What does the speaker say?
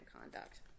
conduct